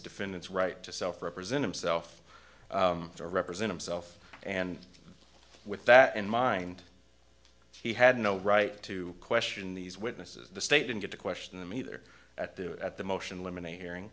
defendant's right to self represent himself to represent himself and with that in mind he had no right to question these witnesses the state didn't get to question them either at do at the motion in limine a hearing